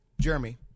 Jeremy